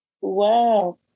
Wow